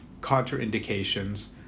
contraindications